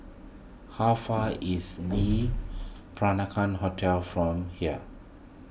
how far is Le Peranakan Hotel from here